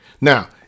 Now